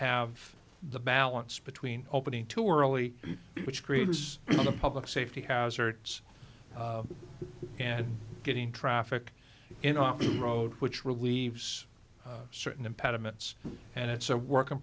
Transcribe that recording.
have the balance between opening too early which creates the public safety hazards and getting traffic in off the road which relieves certain impediments and it's a work in